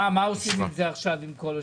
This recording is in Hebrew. מה עושים עכשיו עם כל השאלות?